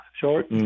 short